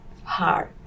hard